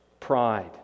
Pride